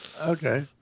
Okay